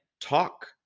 talk